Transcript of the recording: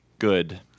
Good